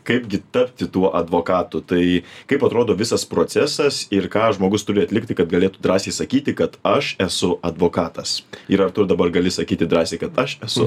kaipgi tapti tuo advokatų tai kaip atrodo visas procesas ir ką žmogus turi atlikti kad galėtų drąsiai sakyti kad aš esu advokatas ir ar tu dabar gali sakyti drąsiai kad aš esu